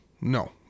no